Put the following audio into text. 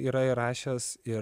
yra įrašęs ir